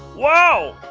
wow!